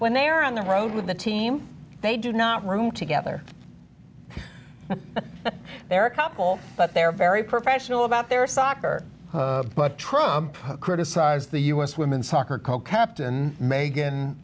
when they are on the road with the team they do not room together but there are a couple but they're very professional about their soccer but trump criticize the u s women's soccer co captain megan